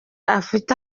afite